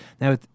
now